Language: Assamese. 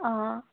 অঁ